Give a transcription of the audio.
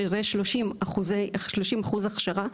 שזה 30% הכשרה,